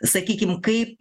sakykim kaip